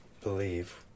believe